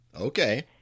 Okay